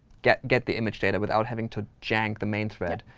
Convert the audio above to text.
get get the image data, without having to jank the main thread.